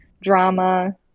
drama